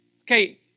Okay